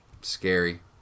scary